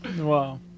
wow